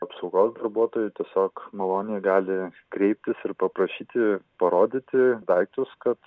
apsaugos darbuotojai tiesiog maloniai gali kreiptis ir paprašyti parodyti daiktus kad